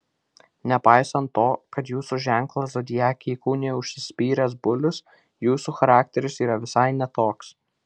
nepaisant to kad jūsų ženklą zodiake įkūnija užsispyręs bulius jūsų charakteris yra visai ne toks